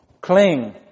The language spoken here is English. cling